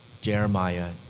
Jeremiah